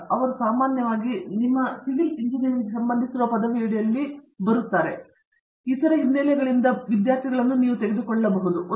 ಆದ್ದರಿಂದ ಅವುಗಳು ಸಾಮಾನ್ಯವಾಗಿ ನಿಮಗೆ ಸಿವಿಲ್ ಇಂಜಿನಿಯರಿಂಗ್ಗೆ ಸಂಬಂಧಿಸಿರುವ ಪದವಿಯಡಿಯಲ್ಲಿ ನಿಮಗೆ ತಿಳಿದಿರುತ್ತದೆ ಮತ್ತು ಅವರು ಬರುತ್ತಾರೆ ಹೆಚ್ಚಿನವುಗಳನ್ನು ನೀವು ಇತರ ಹಿನ್ನೆಲೆಗಳಿಂದ ವಿದ್ಯಾರ್ಥಿಗಳನ್ನು ತೆಗೆದುಕೊಳ್ಳಬಹುದು ಎಂದು ನಾನು ಭಾವಿಸುತ್ತೇನೆ